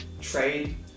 trade